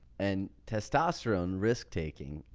and testosterone. risk-taking.